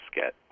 get